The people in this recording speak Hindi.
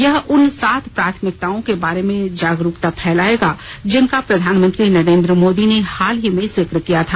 यह उन सात प्राथमिकताओँ के बारे में जागरूकता फैलाएगा जिनका प्रधानमंत्री नरेंद्र मोदी ने हाल ही में जिक्र किया था